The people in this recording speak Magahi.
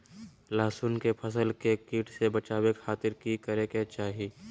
लहसुन के फसल के कीट से बचावे खातिर की करे के चाही?